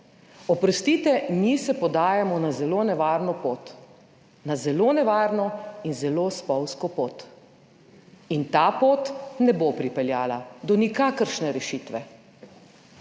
Oprostite, mi se podajamo na zelo nevarno pot. Na zelo nevarno in zelo spolzko pot. In ta pot ne bo pripeljala do nikakršne rešitve.